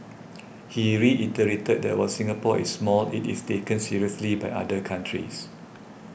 he reiterated that while Singapore is small it is taken seriously by other countries